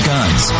Guns